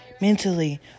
mentally